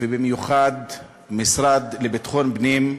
ובמיוחד המשרד לביטחון פנים,